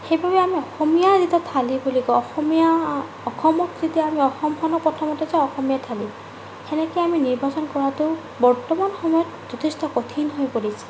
সেইবাবে অসমীয়া যেতিয়া থালী বুলি কওঁ অসমীয়া অসমক তেতিয়া আমি অসমখনত প্ৰথমতেটো অসমীয়া থালী সেনেকৈ আমি নিৰ্বাচন কৰাটো বৰ্তমান সময়ত যথেষ্ট কঠিন হৈ পৰিছে